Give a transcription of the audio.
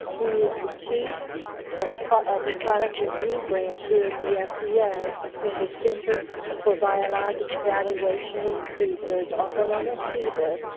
he is the chief of of the product review branch here at the ah fda yeah in the center for biologic evaluation and research, also known as cebr.